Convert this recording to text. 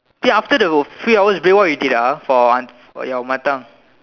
then after the few hours break what you did ah for ans~ for your mother tongue